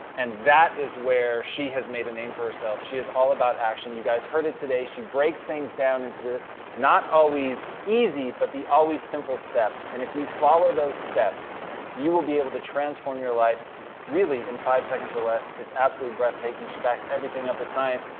and that is where she has made a name for herself, she is all about action you guys. heard it today she breaks things down into the not always easy but the always simple steps and if you follow those steps you will be able to transform your life really in five seconds or less. it's absolutely breathtaking she backs everything up with science.